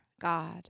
God